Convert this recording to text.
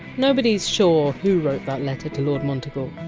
nobody! s sure who wrote that letter to lord monteagle.